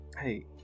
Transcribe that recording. Hey